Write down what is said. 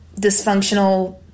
dysfunctional